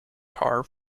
car